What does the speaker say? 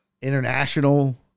international